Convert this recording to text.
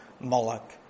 Moloch